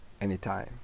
anytime